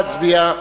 להצביע.